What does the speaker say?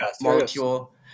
molecule